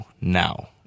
now